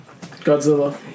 Godzilla